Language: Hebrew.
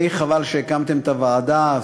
די חבל שהקמתם את הוועדה,